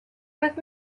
with